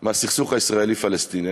מהסכסוך הישראלי פלסטיני.